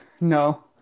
No